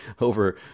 over